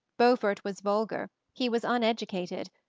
beaufort was vulgar, he was uneducated,